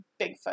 Bigfoot